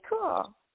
cool